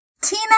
Tina